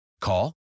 Call